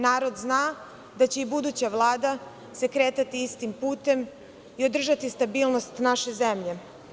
Narod zna da će i buduća Vlada se kretati istim putem i održati stabilnost naše zemlje.